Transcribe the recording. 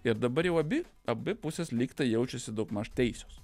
ir dabar jau abi abi pusės lygtai jaučiasi daugmaž teisios